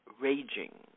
raging